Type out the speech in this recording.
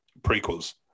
prequels